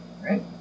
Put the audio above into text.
right